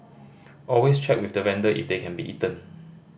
always check with the vendor if they can be eaten